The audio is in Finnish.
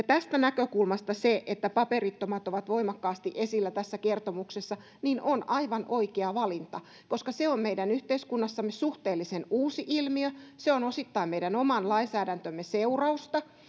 tästä näkökulmasta se että paperittomat ovat voimakkaasti esillä tässä kertomuksessa on aivan oikea valinta koska se on meidän yhteiskunnassamme suhteellisen uusi ilmiö se on osittain meidän oman lainsäädäntömme seurausta